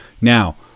Now